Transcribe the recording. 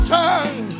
tongue